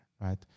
right